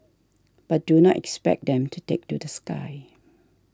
but do not expect them to take to the sky